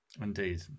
indeed